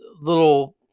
little